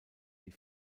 die